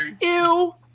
ew